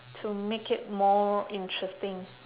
to make it more interesting